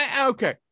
Okay